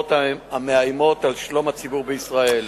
החמורות המאיימות על שלום הציבור בישראל.